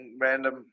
random